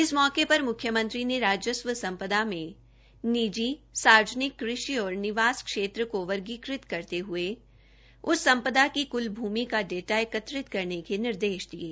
इस मौके पर मुख्यमंत्री ने राजस्व संपदा में निजी सार्वजनिक कृषि और निवास क्षेत्र को वर्गीकृत करते हुए उस संपदा की कुल भूमि का डाटा एकत्रित करने के निर्देश दिये